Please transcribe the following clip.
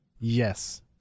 Yes